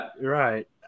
Right